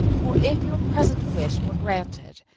for, if your present wish were granted,